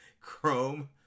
Chrome